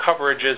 coverages